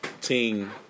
team